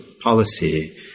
policy